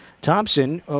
Thompson